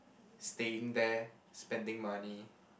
staying there spending money